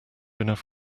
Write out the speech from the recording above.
enough